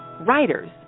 writers